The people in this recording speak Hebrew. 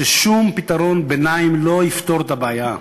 ששום פתרון ביניים לא יפתור את הבעיה.